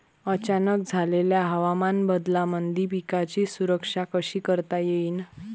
अचानक झालेल्या हवामान बदलामंदी पिकाची सुरक्षा कशी करता येईन?